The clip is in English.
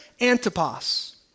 Antipas